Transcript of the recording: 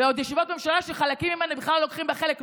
ועוד ישיבת ממשלה שחלקים ממנה בכלל לא לוקחים בה חלק.